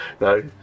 no